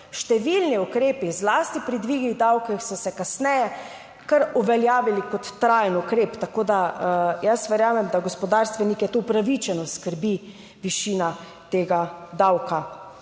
številni ukrepi, zlasti pri dvigih davkov, so se kasneje kar uveljavili kot trajen ukrep, tako da jaz verjamem, da gospodarstvenike tu upravičeno skrbi višina tega davka.